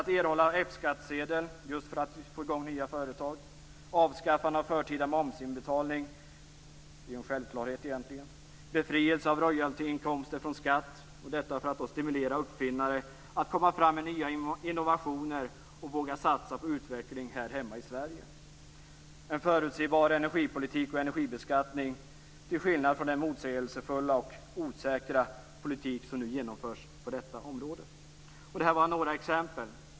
Avskaffande av förtida momsinbetalning. Det är egentligen en självklarhet. Befrielse av royaltyinkomster från skatt - detta för att stimulera uppfinnare att komma fram med nya innovationer och våga satsa på utveckling här hemma i Sverige. En förutsebar energipolitik och energibeskattning till skillnad från den motsägelsefulla och osäkra politik som nu förs på detta område. Det här var några exempel.